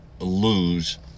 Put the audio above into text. lose